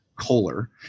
Kohler